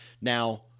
now